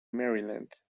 maryland